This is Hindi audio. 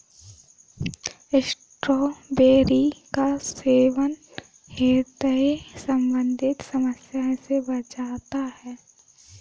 स्ट्रॉबेरी का सेवन ह्रदय संबंधी समस्या से बचाता है